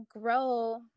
grow